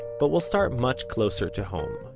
but we'll start much closer to home,